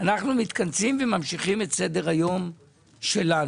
אנחנו מתכנסים וממשיכים את סדר היום שלנו,